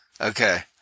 okay